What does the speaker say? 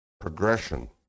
progression